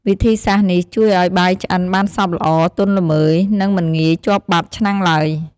វិធីសាស្ត្រនេះ ជួយឲ្យបាយឆ្អិនបានសព្វល្អ ទន់ល្មើយ និងមិនងាយជាប់បាតឆ្នាំងឡើយ។